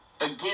again